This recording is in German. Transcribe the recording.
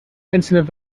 einzelne